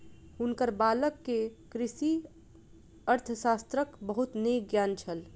हुनकर बालक के कृषि अर्थशास्त्रक बहुत नीक ज्ञान छल